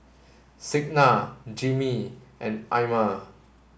Signa Jimmie and Ima